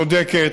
צודקת,